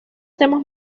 temas